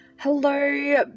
hello